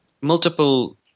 multiple